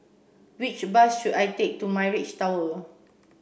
which bus should I take to Mirage Tower